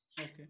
Okay